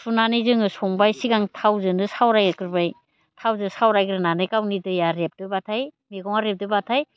सुनानै जोङो संबाय सिगां थावजोंनो सावरायग्रोबाय थावजों सावरायग्रोनानै गावनि दैया रेबदोंबाथाय मेगङा रेबदोंबाथाय